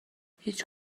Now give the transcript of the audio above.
هیچ